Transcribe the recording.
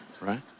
right